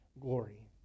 glory